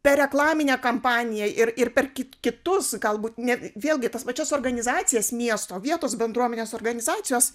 per reklaminę kampaniją ir ir per kit kitus galbūt ne vėlgi tas pačias organizacijas miesto vietos bendruomenės organizacijos